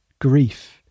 grief